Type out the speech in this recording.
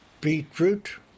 beetroot